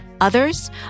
Others